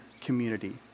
community